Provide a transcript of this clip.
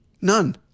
None